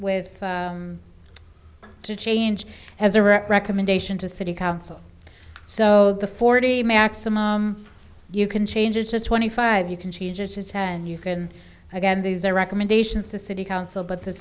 with to change as a recommendation to city council so the forty maximum you can change it to twenty five you can change it into and you can again these are recommendations to city council but this